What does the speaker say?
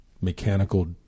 mechanical